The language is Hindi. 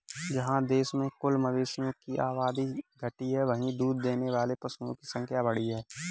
जहाँ देश में कुल मवेशियों की आबादी घटी है, वहीं दूध देने वाले पशुओं की संख्या बढ़ी है